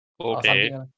Okay